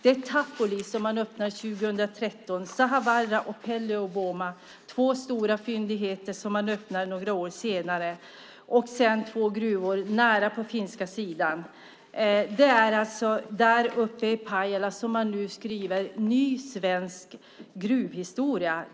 Det är Tapuli som man öppnar 2013 och Sahavaara och Pellivuoma, två stora fyndigheter, som man öppnar några år senare. Man öppnar också två gruvor i närheten på finska sidan. Uppe i Pajala skriver man nu ny svensk gruvhistoria.